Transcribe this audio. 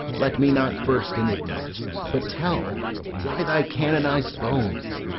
let me not burst in ignorance but tell why thy canoniz'd bones,